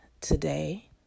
today